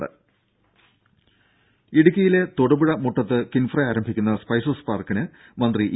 രുര ഇടുക്കിയിലെ തൊടുപുഴ മുട്ടത്ത് കിൻഫ്ര ആരംഭിക്കുന്ന സ്പൈസസ് പാർക്കിന് മന്ത്രി ഇ